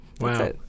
Wow